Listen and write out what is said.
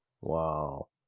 Wow